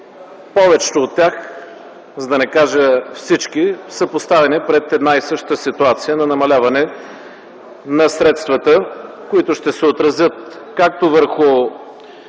повечето от тях, за да не кажа всички, са поставени пред една и съща ситуация на намаляване на средствата, които ще се отразят както върху